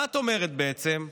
מה את אומרת, בעצם?